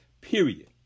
period